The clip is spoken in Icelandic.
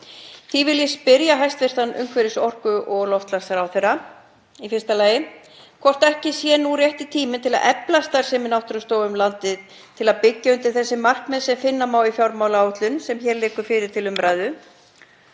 Því vil ég spyrja hæstv. umhverfis-, orku- og loftslagsráðherra í fyrsta lagi hvort ekki sé rétti tíminn til að efla starfsemi náttúrustofa um landið til að byggja undir þessi markmið sem finna má í fjármálaáætlun, sem hér liggur fyrir til umræðu,